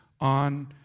on